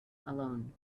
alone